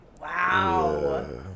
wow